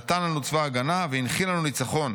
נתן לנו צבא הגנה והנחיל לנו ניצחון.